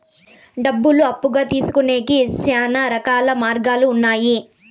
డబ్బులు అప్పుగా తీసుకొనేకి శ్యానా రకాల మార్గాలు ఉన్నాయి